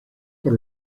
por